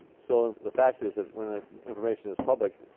so the fact is that when ah information is public,